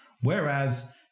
Whereas